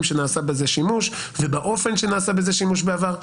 שנעשה בזה שימוש ובאופן שנעשה בזה שימוש בעבר.